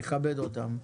נכבד אותם.